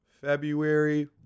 february